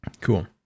Cool